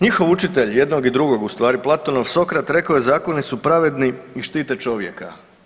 Njihov učitelj jednog i drugog u stvari Platonov Sokrat rekao je zakoni su pravedni i štite čovjeka.